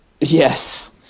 Yes